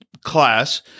Class